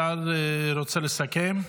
השר רוצה לסכם?